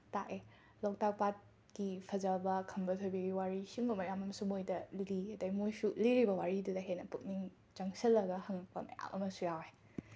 ꯇꯥꯛꯑꯦ ꯂꯧꯇꯥꯛ ꯄꯥꯠꯀꯤ ꯐꯖꯕ ꯈꯝꯕ ꯊꯣꯏꯕꯤꯒꯤ ꯋꯥꯔꯤ ꯁꯤꯒꯨꯝꯕ ꯃꯌꯥꯝ ꯑꯃꯁꯨ ꯃꯣꯏꯗ ꯂꯤ ꯑꯗꯩ ꯃꯣꯏꯁꯨ ꯂꯤꯔꯤꯕ ꯋꯥꯔꯤꯗꯨꯗ ꯍꯦꯟꯅ ꯄꯨꯛꯅꯤꯡ ꯆꯪꯁꯜꯂꯒ ꯍꯪꯂꯛꯄ ꯃꯌꯥꯝ ꯑꯃꯁꯨ ꯌꯥꯎꯋꯦ